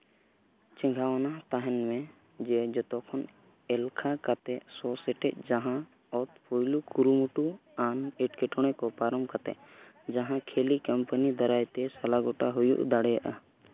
ᱪᱮᱸᱜᱷᱟᱣᱟᱱᱟᱜ ᱛᱟᱦᱮᱱ ᱢᱮ ᱡᱮ ᱡᱚᱛᱚ ᱠᱷᱚᱱ ᱮᱞᱠᱷᱟ ᱠᱟᱛᱮ ᱥᱚᱼᱥᱮᱴᱮᱡ ᱡᱟᱦᱟᱸ ᱚᱛ ᱯᱳᱭᱞᱳ ᱠᱩᱨᱩᱢᱩᱴᱩ ᱟᱱ ᱮᱴᱠᱮᱴᱚᱬᱮ ᱠᱚ ᱯᱟᱨᱚᱢ ᱠᱟᱛᱮ ᱡᱟᱦᱟᱸ ᱠᱷᱮᱞᱤ ᱠᱚᱢᱯᱟᱹᱱᱤ ᱫᱟᱨᱟᱭᱛᱮ ᱥᱟᱞᱟᱜᱚᱴᱟ ᱦᱩᱭᱩᱜ ᱫᱟᱲᱮᱭᱟᱜᱼᱟ